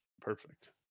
perfect